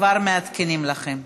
כבר מעדכנים לכם.